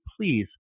please